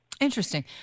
Interesting